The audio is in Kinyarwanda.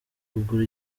kugura